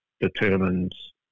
determines